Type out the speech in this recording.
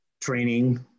training